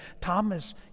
Thomas